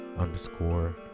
underscore